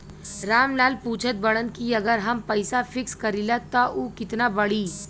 राम लाल पूछत बड़न की अगर हम पैसा फिक्स करीला त ऊ कितना बड़ी?